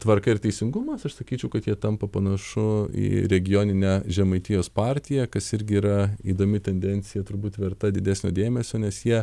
tvarka ir teisingumas aš sakyčiau kad jie tampa panašu į regioninę žemaitijos partiją kas irgi yra įdomi tendencija turbūt verta didesnio dėmesio nes jie